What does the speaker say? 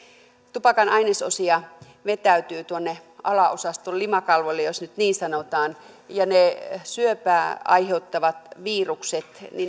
tupakan ainesosia vetäytyy tuonne alaosaston limakalvoille jos nyt niin sanotaan ja niistä syöpää aiheuttavista viruksista